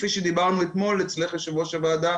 כפי שדיברנו אתמול אצלך יושבת-ראש הוועדה,